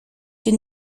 une